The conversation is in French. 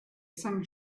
cinq